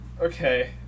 okay